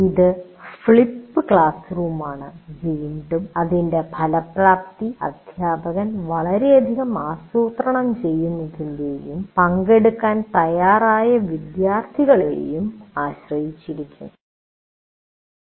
അത് flip class റൂമാണ് വീണ്ടും അതിന്റെ ഫലപ്രാപ്തി അദ്ധ്യാപകൻ വളരെയധികം ആസൂത്രണം ചെയ്യുന്നതിനെയും പങ്കെടുക്കാൻ തയ്യാറായ വിദ്യാർത്ഥികളെയും ആശ്രയിച്ചിരിക്കും